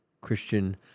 Christian